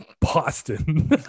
Boston